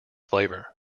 flavour